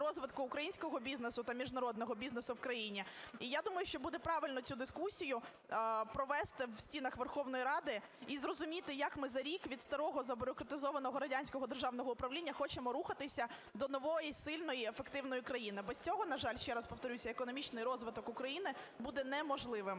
розвитку українського бізнесу та міжнародного бізнесу в країні. І я думаю, що буде правильно цю дискусію провести в стінах Верховної Ради і зрозуміти, як ми за рік від старого, забюрократизованого, радянського державного управління хочемо рухатися до нової, сильної, ефективної країни. Без цього, на жаль, ще раз повторюся, економічний розвиток України буде неможливим.